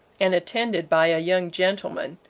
and attended by a young gentleman,